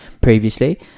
previously